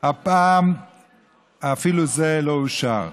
הפעם אפילו זה לא אושר,